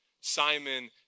Simon